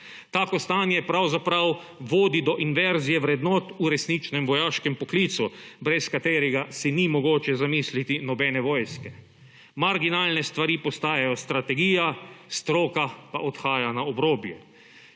Tako stanje pravzaprav vodi do inverzije vrednot v resničnem vojaškem poklicu, brez katerega si ni mogoče zamisliti nobene vojske. Marginalne stvari postajajo strategija, stroka pa odhaja na obrobje.